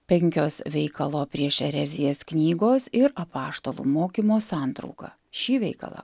penkios veikalo prieš erezijas knygos ir apaštalų mokymo santrauka šį veikalą